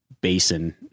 basin